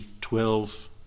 twelve